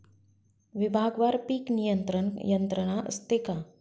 विभागवार पीक नियंत्रण यंत्रणा असते का?